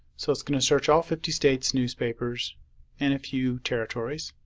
so it's going to search all fifty states newspapers and a few territories,